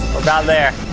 about there.